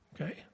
okay